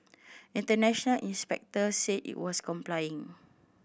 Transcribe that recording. international inspectors said it was complying